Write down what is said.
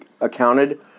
accounted